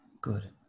Good